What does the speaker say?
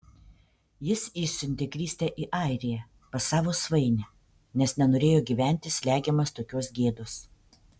jis išsiuntė kristę į airiją pas savo svainę nes nenorėjo gyventi slegiamas tokios gėdos